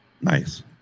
Nice